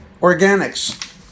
Organics